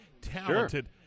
talented